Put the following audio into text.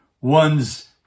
one's